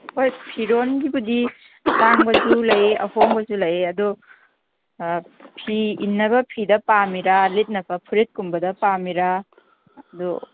ꯍꯣꯏ ꯐꯤꯔꯣꯟꯒꯤꯕꯨꯗꯤ ꯑꯇꯥꯡꯕꯁꯨ ꯂꯩ ꯑꯍꯣꯡꯕꯁꯨ ꯂꯩ ꯑꯗꯣ ꯐꯤ ꯏꯟꯅꯕ ꯐꯤꯗ ꯄꯥꯝꯃꯤꯔ ꯂꯤꯠꯅꯕ ꯐꯨꯔꯤꯠꯀꯨꯝꯕꯗ ꯄꯥꯝꯂꯤꯔ ꯑꯗꯨ